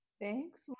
Thanks